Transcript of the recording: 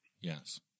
Yes